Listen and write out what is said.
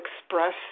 Express